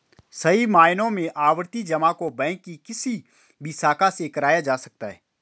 सही मायनों में आवर्ती जमा को बैंक के किसी भी शाखा से कराया जा सकता है